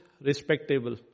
respectable